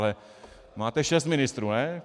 Ale máte šest ministrů, ne?